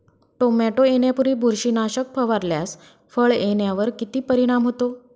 Tomato येण्यापूर्वी बुरशीनाशक फवारल्यास फळ येण्यावर किती परिणाम होतो?